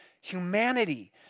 humanity